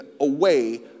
away